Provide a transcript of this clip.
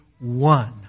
One